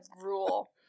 rule